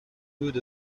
good